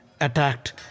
attacked